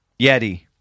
Yeti